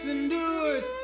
Endures